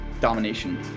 domination